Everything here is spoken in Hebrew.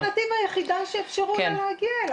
זו האלטרנטיבה היחידה שאפשרו לה להגיע אליה,